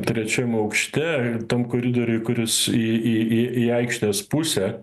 trečiam aukšte tam koridoriuj kuris į į į į aikštės pusę